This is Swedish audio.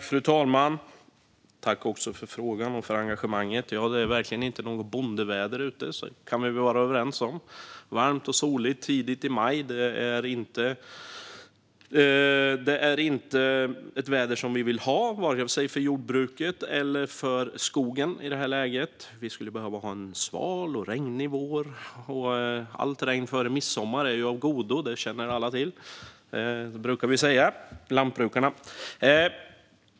Fru talman! Jag tackar ledamoten för frågan och engagemanget. Det är verkligen inte något bondeväder ute; det kan vi vara överens om. Varmt och soligt tidigt i maj är inte ett väder som vi vill ha vare sig för jordbruket eller för skogen i detta läge. Vi skulle behöva ha en sval och regnig vår. Lantbrukarna brukar säga att allt regn före midsommar är av godo, som alla känner till.